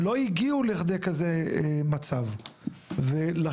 לא הגיעו לכדי כזה מצב ולכן,